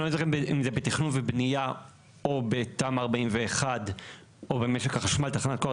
אני לא זוכר אם זה בתכנון ובנייה או בתמ"א 41 או במשק החשמל תחנת כוח,